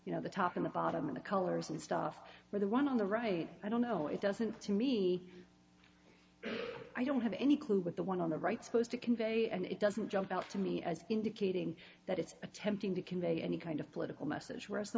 you know the top in the bottom of the colors and stuff where the one on the right i don't know it doesn't to me i don't have any clue what the one on the right supposed to convey and it doesn't jump out to me as indicating that it's attempting to convey any kind of political message whereas the